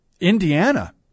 Indiana